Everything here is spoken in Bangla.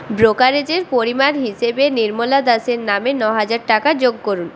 ব্রোকারেজের পরিমাণ হিসেবে নির্মলা দাসের নামে না হাজার টাকা যোগ করুন